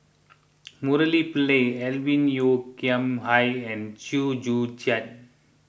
Murali Pillai Alvin Yeo Khirn Hai and Chew Joo Chiat